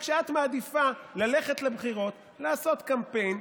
רק שאת מעדיפה ללכת לבחירות, לעשות קמפיין,